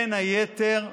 בין היתר,